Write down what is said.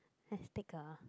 let's take a